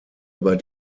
über